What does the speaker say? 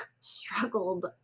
struggled